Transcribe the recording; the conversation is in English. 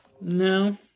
No